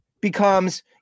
becomes